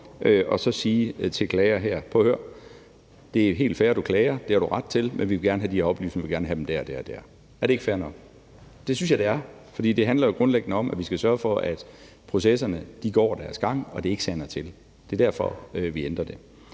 her at sige til klageren: Prøv at høre, det er helt fair, at du klager, det har du ret til, men vi vil gerne have de her oplysninger, og vi vil gerne have dem der og der? Er det ikke fair nok? Det synes jeg det er, for det handler jo grundlæggende om, at vi skal sørge for, at processerne går deres gang, og at det ikke sander til. Det er derfor, vi ændrer det.